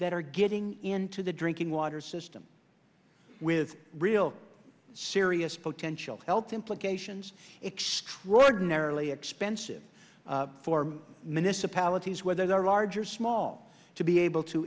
that are getting into the drinking water system with real serious potential health implications extraordinarily expensive for minnis apologies whether they are large or small to be able to